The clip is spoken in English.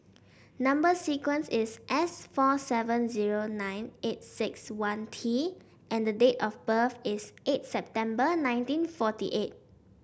number sequence is S four seven zero nine eight six one T and the date of birth is eight September nineteen forty eight